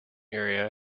area